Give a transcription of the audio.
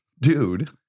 dude